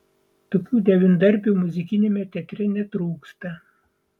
tokių devyndarbių muzikiniame teatre netrūksta